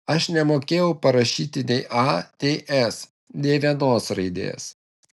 aš nemokėjau parašyti nei a nei s nė vienos raidės